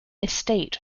estate